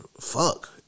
fuck